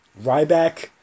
Ryback